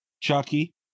Chucky